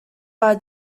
are